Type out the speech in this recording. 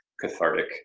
cathartic